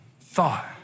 thought